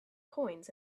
coins